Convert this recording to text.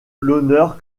l’honneur